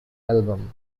album